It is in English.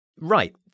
Right